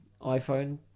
iPhone